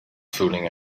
fooling